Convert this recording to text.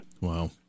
Wow